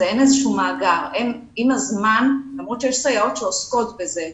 אין איזשהו מאגר למרות שיש סייעות שעוסקות בזה.